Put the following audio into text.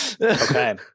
Okay